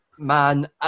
Man